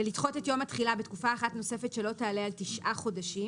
-- "לדחות את יום התחילה בתקופה אחת נוספת שלא תעלה על תשעה חודשים